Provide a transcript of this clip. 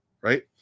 right